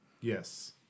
Yes